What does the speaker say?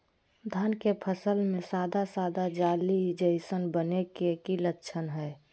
धान के फसल में सादा सादा जाली जईसन बने के कि लक्षण हय?